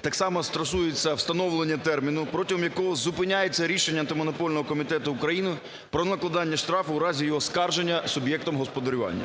так само стосується встановлення терміну, протягом якого зупиняється рішення Антимонопольного комітету України про накладання штрафу у разі його оскарження суб'єктом господарювання.